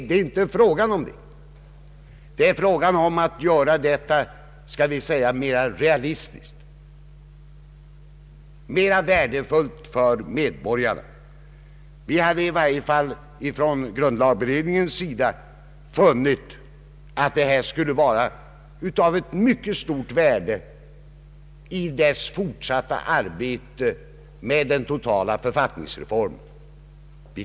Det är inte fråga om det utan om att göra granskningsarbetet mera realistiskt och mera värdefullt för medborgarna. Vi hade i varje fall i grundlagberedningen funnit att detta skulle vara av stort värde för det fortsatta arbetet med författningsreformen.